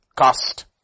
cast